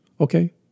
okay